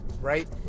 right